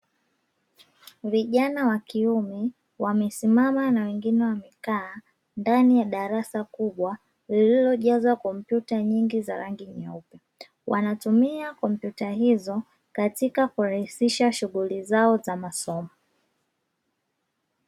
Vijana wa kiume wamesimama na wengine wamekaa ndani ya darasa kubwa lililojazwa kompyuta nyingi za rangi nyeupe wanatumia kompyuta hizo katika kurahisisha shughuli zao za masomo.